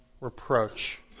reproach